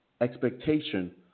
expectation